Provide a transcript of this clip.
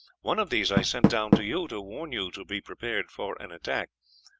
one of these i sent down to you, to warn you to be prepared for an attack.